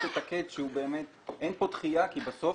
אין כאן דחייה כי בסוף